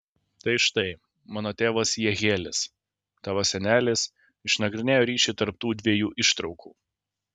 tai štai mano tėvas jehielis tavo senelis išnagrinėjo ryšį tarp tų dviejų ištraukų